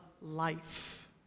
life